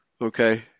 okay